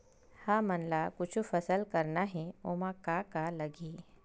हमन ला कुछु फसल करना हे ओमा का का लगही?